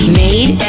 made